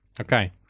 Okay